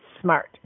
smart